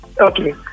Okay